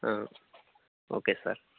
okay sir